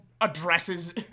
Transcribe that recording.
addresses